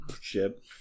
ship